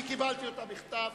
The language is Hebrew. אני קיבלתי אותה בכתב.